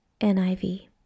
NIV